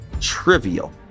trivial